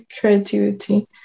creativity